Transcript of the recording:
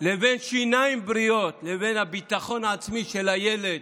בין שיניים בריאות לבין הביטחון העצמי של הילד